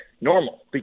normal